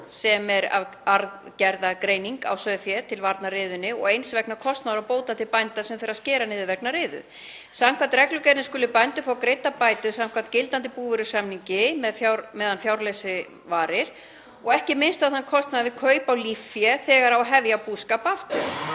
sem er arfgerðargreining á sauðfé til varnar riðunni og eins vegna kostnaðar og bóta til bænda sem þurfa að skera niður vegna riðu. Samkvæmt reglugerðinni skulu bændur fá greiddar bætur samkvæmt gildandi búvörusamningi meðan fjárleysi varir og ekki er minnst á kostnað við kaup á líffé þegar á að hefja búskap aftur,